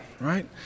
right